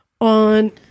on